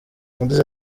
yagize